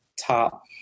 top